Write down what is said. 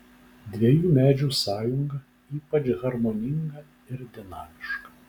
dviejų medžių sąjunga ypač harmoninga ir dinamiška